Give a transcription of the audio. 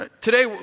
Today